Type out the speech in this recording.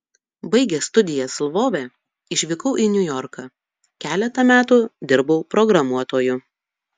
baigęs studijas lvove išvykau į niujorką keletą metų dirbau programuotoju